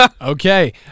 Okay